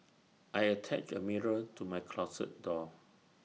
I attached A mirror to my closet door